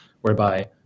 whereby